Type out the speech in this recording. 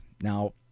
now